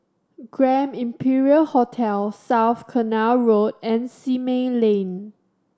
Grand Imperial Hotel South Canal Road and Simei Lane